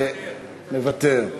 אני מוותר.